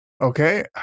Okay